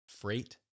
freight